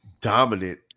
Dominant